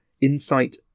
insight